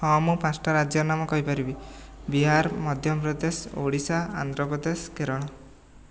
ହଁ ମୁଁ ପାଞ୍ଚଟା ରାଜ୍ୟର ନାମ କହିପାରିବି ବିହାର ମଧ୍ୟପ୍ରଦେଶ ଓଡ଼ିଶା ଆନ୍ଧ୍ରପ୍ରଦେଶ କେରଳ